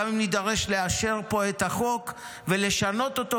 גם אם נידרש לאשר פה את החוק ולשנות אותו